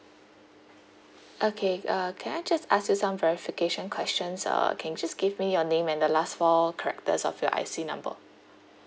okay uh can I just ask you some verification questions uh can you just give me your name and the last four characters of your I_C number